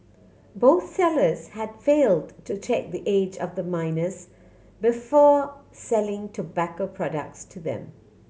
both sellers had failed to check the age of the minors before selling tobacco products to them